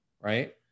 right